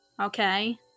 Okay